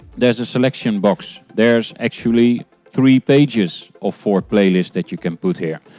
there is a selection box, there is actually three pages of four playlists that you can put here.